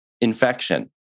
infection